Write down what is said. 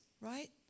right